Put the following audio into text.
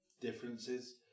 differences